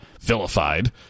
vilified